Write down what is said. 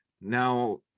Now